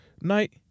night